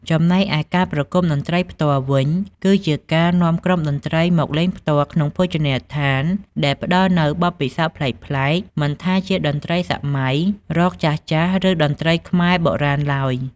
ចំណែកឯការប្រគុំតន្ត្រីផ្ទាល់វិញ គឺជាការនាំក្រុមតន្ត្រីមកលេងផ្ទាល់ក្នុងភោជនីយដ្ឋាន ដែលផ្ដល់នូវបទពិសោធន៍ប្លែកៗ មិនថាជាតន្ត្រីសម័យ រ៉ក់ ចាស់ៗ ឬតន្ត្រីខ្មែរបុរាណឡើយ ។